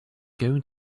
going